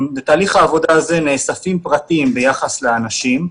בתהליך העבודה הזה נאספים פרטים ביחס לאנשים,